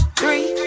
three